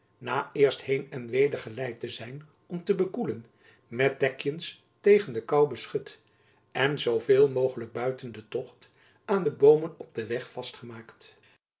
na eerst heen en weder geleid te zijn om te bekoelen met dekjens tegen de koû beschut en zoo veel mogelijk buiten den tocht aan de boomen op den weg vastgemaakt